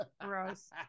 Gross